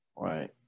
Right